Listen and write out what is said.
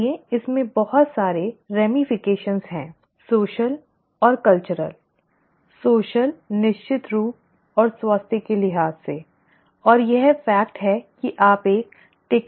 इसलिए इसमें बहुत सारे प्रभाव हैं सामाजिक और सांस्कृतिक सामाजिक निश्चित रूप और स्वास्थ्य के लिहाज से और यह तथ्य कि आप एक टिक टाइम बम पर बैठे हैं